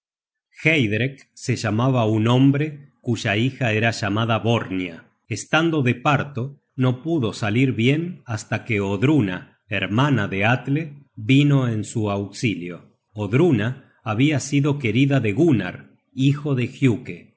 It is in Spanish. se llamaba un hombre cuya hija era llamada borñia estando de parto no pudo salir bien hasta que odruna hermana de atle vino en su auxilio odruna habia sido querida de gunnar hijo de